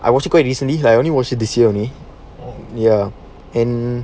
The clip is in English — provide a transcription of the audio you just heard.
I wasn't quite recently like I only watched it this year only ya and